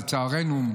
לצערנו,